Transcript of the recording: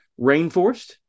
rainforest